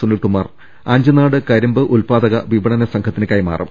സുനിൽകുമാർ അഞ്ചുനാട് കരിമ്പ് ഉൽപ്പാദക വിപണന സംഘത്തിന് കൈമാറും